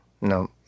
No